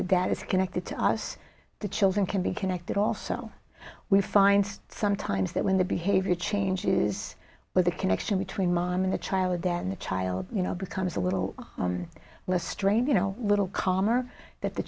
the dad is connected to us the children can be connected also we find sometimes that when the behavior changes with the connection between mom and the child then the child you know becomes a little less strained you know a little calmer that the